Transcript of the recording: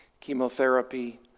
chemotherapy